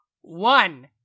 One